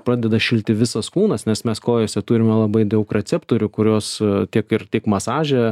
pradeda šilti visas kūnas nes mes kojose turime labai daug receptorių kurios tiek ir tiek masaže